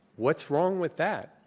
what's wrong with that?